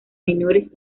menores